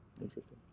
Interesting